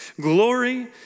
Glory